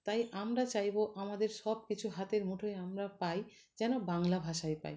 তাই আমরা চাইবো আমাদের সব কিছু হাতের মুঠোয় আমরা পাই যেন বাংলা ভাষায় পাই